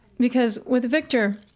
because with victor,